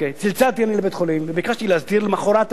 צלצלתי לבית-החולים וביקשתי להסדיר למחרת היום